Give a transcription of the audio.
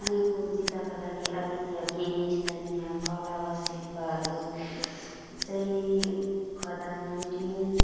कालिम्पोङ जिल्लाका लागि आदि त्यहाँ केही स्थानीय कला वा शिल्पहरू चाहिँ खादा पेन्टिङ